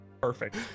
Perfect